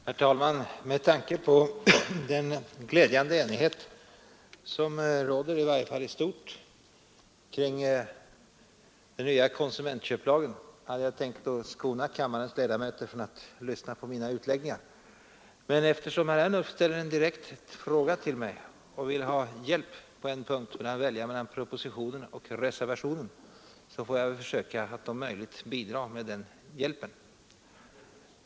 Herr talman! Med tanke på den glädjande enighet som råder, i varje fall i stort, kring den nya konsumentköplagen hade jag tänkt skona kammarens ledamöter från att lyssna på mina utläggningar. Men eftersom herr Ernulf ställer en direkt fråga till mig och vill ha hjälp med att välja mellan propositionen och reservationen får jag väl försöka att bidra med den hjälpen.